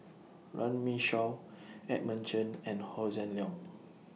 Runme Shaw Edmund Chen and Hossan Leong